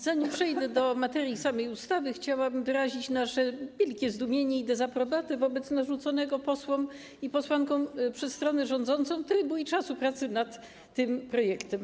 Zanim przejdę do samej materii ustawy, chciałabym wyrazić nasze wielkie zdumienie i dezaprobatę wobec narzuconego posłom i posłankom przez stronę rządzącą trybu i czasu pracy nad tym projektem.